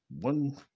One